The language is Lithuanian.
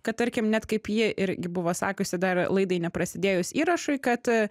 kad tarkim net kaip ji irgi buvo sakiusi dar laidai neprasidėjus įrašui kad